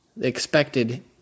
expected